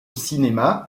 cinéma